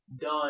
done